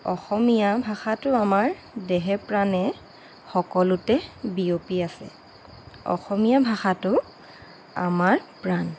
অসমীয়া ভাষাটো আমাৰ দেহে প্ৰাণে সকলোতে বিয়পি আছে অসমীয়া ভাষাটো আমাৰ প্ৰাণ